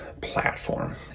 platform